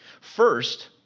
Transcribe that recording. First